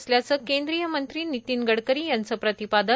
असल्याच केंद्रीय मंत्री नितीन गडकरी यांच प्रतिपादन